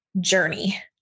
journey